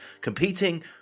competing